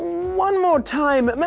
one more time.